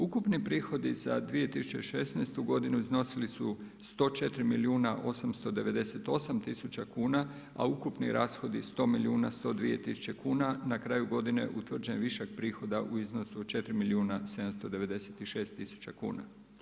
Ukupni prihodi za 2016. godinu iznosili su 104 milijuna 898 tisuća kuna a ukupni rashodi 100 milijuna 102 tisuće kuna, na kraju godine utvrđen je višak prihoda u iznosu od 4 milijuna 796 tisuća kuna.